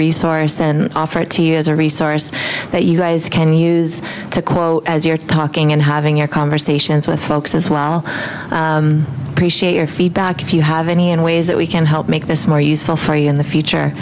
resource and offer it to you as a resource that you guys can use to call as you're talking and having your conversations with folks as well your feedback if you have any and ways that we can help make this more useful for you in the future